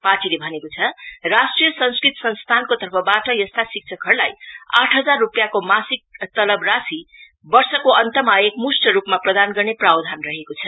पार्टीले भनेको छ राष्ट्रीय संस्कृत स्थानको तर्फबाट यस्ता शिक्षकहरुलाई आठ हजार रुपियाँको मासिक तलब राशि वर्षको अन्तमा एकम्ष्ट रुपमा प्रदान गर्ने प्रावधान रहेको छ